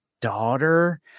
daughter